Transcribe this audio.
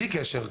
בלי קשר,